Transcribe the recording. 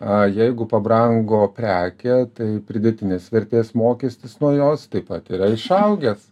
a jeigu pabrango prekė tai pridėtinės vertės mokestis nuo jos taip pat yra išaugęs